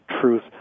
truth